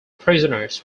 prisoners